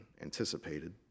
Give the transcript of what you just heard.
anticipated